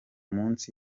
munsi